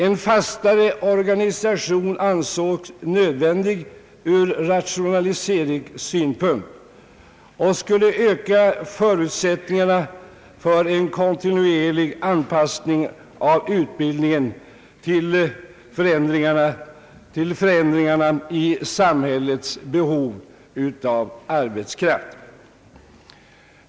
En fastare organisation ansågs nödvändig ur rationaliseringssynpunkt och för att öka förutsättningarna för en kontinuerlig anpassning av utbildningen till förändringarna i samhällets behov av arbetskraft.